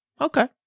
Okay